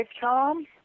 Tom